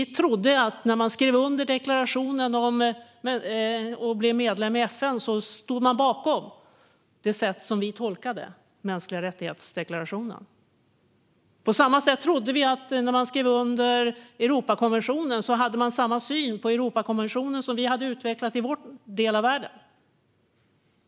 När vi skrev under deklarationen om mänskliga rättigheter och blev medlem i FN trodde vi att man stod bakom det sätt som vi tolkar deklarationen på. På samma sätt trodde vi när vi skrev under Europakonventionen att man hade samma syn på den som vi hade utvecklat i vår del av världen.